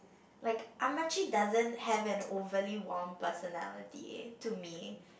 like doesn't have an overly warm personality to me